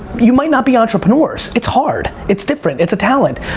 you might not be entrepreneurs. it's hard. it's different, it's a talent.